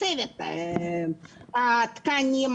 אין תקנים,